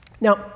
Now